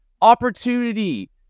opportunity